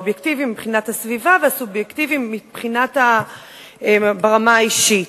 האובייקטיביים מבחינת הסביבה והסובייקטיביים ברמה האישית.